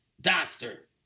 doctor